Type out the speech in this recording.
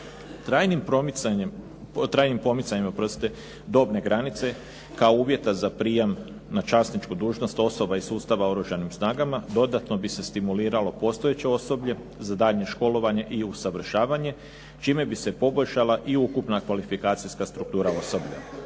Trajnim pomicanjem dobne granice kao uvjeta za prijam na časničku dužnost osoba iz sustava u Oružanim snagama, dodatno bi se stimuliralo postojeće osoblje za daljnje školovanje i usavršavanje, čime bi se poboljšala i ukupna kvalifikacijska struktura osoblja.